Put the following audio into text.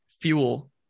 fuel